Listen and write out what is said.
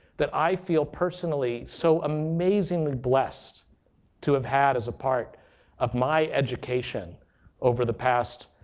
that i feel personally so amazingly blessed to have had as a part of my education over the past,